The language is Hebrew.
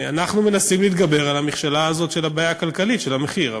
אנחנו מנסים להתגבר על המכשלה הזאת של הבעיה הכלכלית של המחיר,